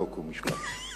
חוק ומשפט.